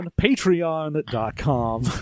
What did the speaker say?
patreon.com